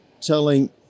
telling